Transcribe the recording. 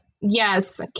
Yes